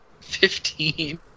Fifteen